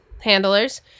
handlers